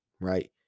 right